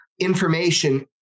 Information